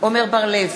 עמר בר-לב,